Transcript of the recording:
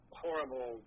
horrible